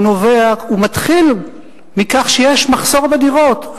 הוא מתחיל מכך שיש מחסור בדירות.